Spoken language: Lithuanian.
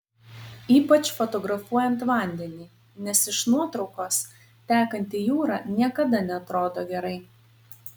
ypač fotografuojant vandenį nes iš nuotraukos tekanti jūra niekada neatrodo gerai